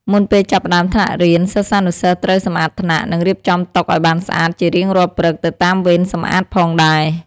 មុនពេលចាប់ផ្ដើមថ្នាក់រៀន សិស្សានុសិស្សត្រូវសម្អាតថ្នាក់ និងរៀបចំតុឱ្យបានស្អាតជារៀងរាល់ព្រឹកទៅតាមវេនសម្អាតផងដែរ។